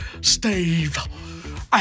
Steve